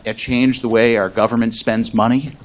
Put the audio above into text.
it changed the way our government spends money.